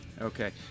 Okay